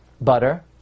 butter